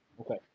Okay